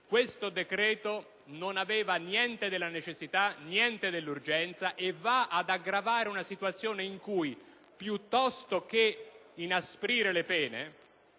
questo decreto non aveva niente della necessità, niente dell'urgenza e va ad aggravare una situazione in cui, piuttosto che inasprire le pene,